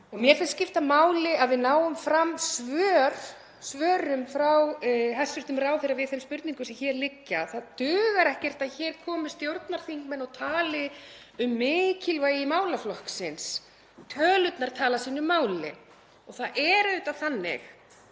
Mér finnst skipta máli að við náum fram svörum frá hæstv. ráðherra við þeim spurningum sem hér liggja. Það dugar ekkert að hér komi stjórnarþingmenn og tali um mikilvægi málaflokksins. Tölurnar tala sínu máli. Það er auðvitað þannig